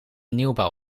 nieuwbouw